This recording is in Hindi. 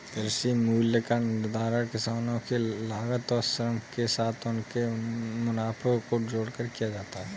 कृषि मूल्य का निर्धारण किसानों के लागत और श्रम के साथ उनके मुनाफे को जोड़कर किया जाता है